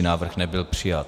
Návrh nebyl přijat.